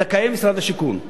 זכאי משרד השיכון,